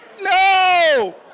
no